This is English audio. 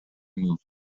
movement